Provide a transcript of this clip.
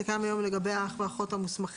זה קיים היום לגבי האח והאחות המוסמכים.